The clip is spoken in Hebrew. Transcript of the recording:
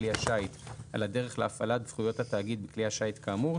כלי השיט על הדרך להפעלת זכויות התאגיד בכלי השיט כאמור,